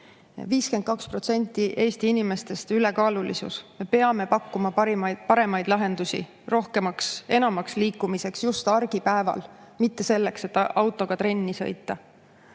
52% Eesti inimestest on ülekaalus. Me peame pakkuma paremaid lahendusi rohkemaks liikumiseks just argipäeval. Ja mitte selleks, et autoga trenni sõita.